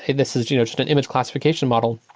and this is you know just an image classification model,